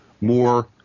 more